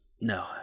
No